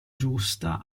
giusta